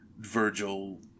Virgil